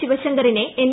ശിവശങ്കറിനെ എൻ